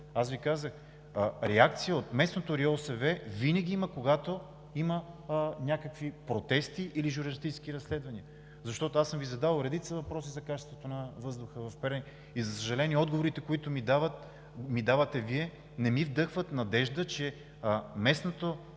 Аз Ви казах – реакция от местното РИОСВ винаги има, когато има някакви протести или журналистически разследващия. Защото аз съм Ви задавал редица въпроси за качеството на въздуха в Перник и, за съжаление, отговорите, които ми давате Вие, не ми вдъхват надежда, че от местната